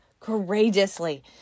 courageously